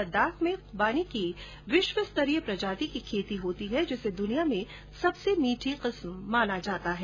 लद्दाख में खुबानी की विश्व स्तरीय प्रजाति की खेती होती है जिसे दुनिया में सबसे मीठी किस्म माना जाता है